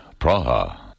Praha